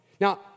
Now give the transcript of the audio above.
Now